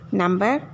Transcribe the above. number